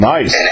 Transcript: Nice